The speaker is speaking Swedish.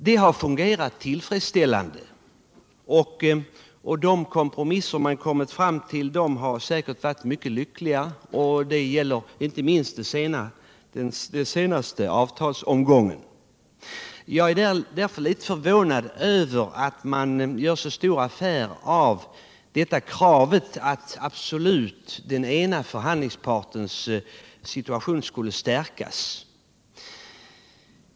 Det har fungerat tillfredsställande, och de kompromisser man har kommit fram till har säkert varit mycket lyckliga — det gäller inte minst den senaste avtalsomgången. Jag är därför litet förvånad över att man gör så stor affär av detta krav att ena förhandlingspartens situation absolut skall stärkas.